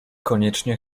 koniecznie